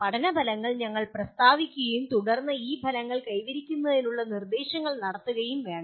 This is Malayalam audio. പഠന ഫലങ്ങൾ ഞങ്ങൾ പ്രസ്താവിക്കുകയും തുടർന്ന് ഈ ഫലങ്ങൾ കൈവരിക്കുന്നതിനുള്ള നിർദ്ദേശങ്ങൾ നടത്തുകയും വേണം